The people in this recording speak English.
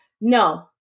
no